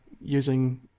using